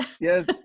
Yes